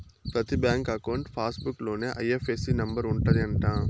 ప్రతి bank account passbook లోనే IFSC number ఉంటది అంట